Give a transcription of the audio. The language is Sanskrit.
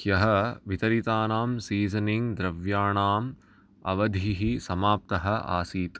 ह्यः वितरितानां सीसनिङ्ग् द्रव्याणाम् अवधिः समाप्तः आसीत्